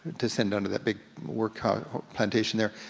to send on to that big work ah plantation there.